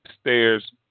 stairs